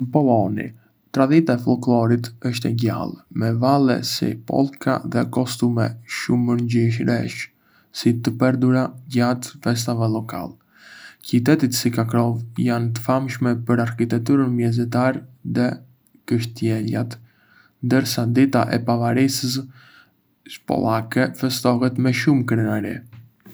Në Poloni, tradita e folklorit është e gjallë, me valle si polka dhe kostume shumëngjyrëshe të përdorura gjatë festave lokale. Qytetet si Krakov janë të famshme për arkitekturën mesjetare dhe kështjellat, ndërsa Dita e Pavarësisë polake festohet me shumë krenari.